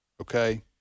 Okay